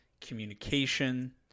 communication